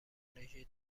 تکنولوژی